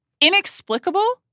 inexplicable